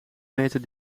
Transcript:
meter